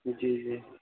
جی جی